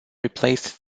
replaced